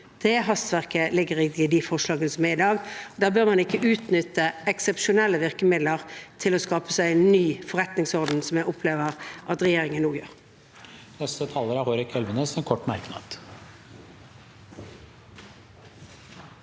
Det hastverket ligger ikke i de forslagene som foreligger i dag. Da bør man ikke utnytte eksepsjonelle virkemidler til å skape seg en ny forretningsorden, som jeg opplever at regjeringen nå gjør.